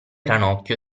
ranocchio